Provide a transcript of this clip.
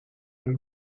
and